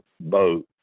boat